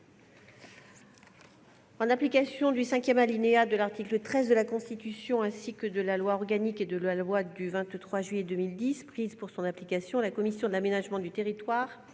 En application du cinquième alinéa de l'article 13 de la Constitution, ainsi que de la loi organique n° 2010-837 et de la loi n° 2010-838 du 23 juillet 2010 prises pour son application, la commission de l'aménagement du territoire